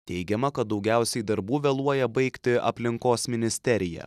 teigiama kad daugiausiai darbų vėluoja baigti aplinkos ministerija